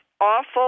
awful